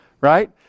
right